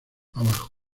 abajo